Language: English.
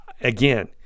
Again